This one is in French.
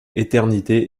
éternité